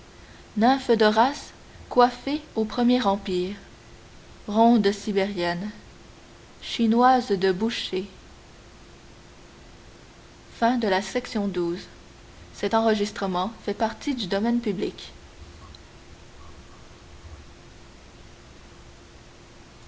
couchant nymphes d'horace coiffées au premier empire rondes sibériennes chinoises de boucher